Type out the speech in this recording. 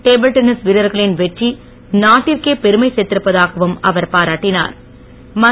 table tennis வீரர்களின் வெற்றி நாட்டிற்கே பெருமை சேர்த்திருப்பதாகவும் அவர் பாராட்டினுர்